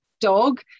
dog